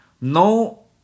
no